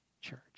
church